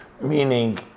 meaning